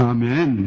Amen